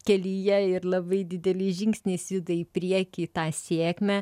kelyje ir labai dideliais žingsniais juda į priekį tą sėkmę